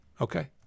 okay